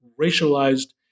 racialized